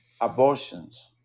abortions